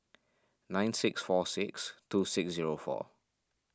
nine six four six two six zero four